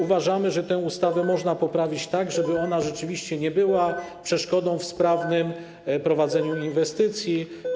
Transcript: Uważamy, że tę ustawę można poprawić tak, żeby ona rzeczywiście nie była przeszkodą w sprawnym prowadzeniu inwestycji.